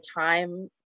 time